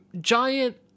giant